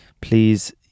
please